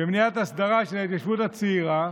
ומניעת ההסדרה של ההתיישבות הצעירה.